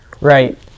Right